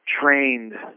trained